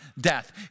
death